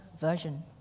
Version